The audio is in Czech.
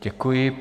Děkuji.